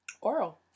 oral